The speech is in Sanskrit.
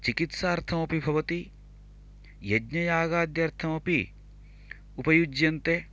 चिकित्सार्थमपि भवति यज्ञयागाद्यर्थंमपि उपयुज्यन्ते